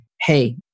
hey